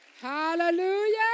Hallelujah